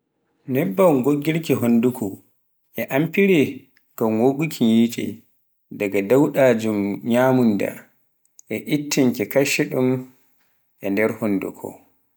nebban goggirki. honduuko, e amfire ngam wogguku ki nyecce, daga dauda jum nyamunda e ittinki kaccuɗun nder hunduko